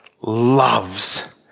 loves